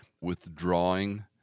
withdrawing